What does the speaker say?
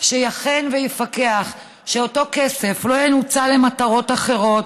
שאכן יפקח שאותו כסף לא ינוצל למטרות אחרות,